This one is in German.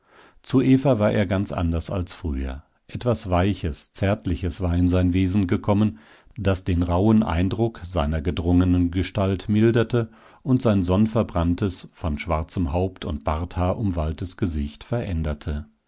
zu eva war er ganz anders als früher etwas weiches zärtliches war in sein wesen gekommen das den rauhen eindruck seiner gedrungenen gestalt milderte und sein sonnverbranntes von schwarzem haupt und barthaar umwalltes gesicht veränderte